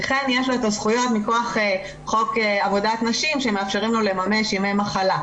וכן יש לו הזכויות מכוח חוק עבודת נשים שמאפשרות לו לממש ימי מחלה,